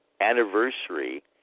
anniversary